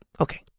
okay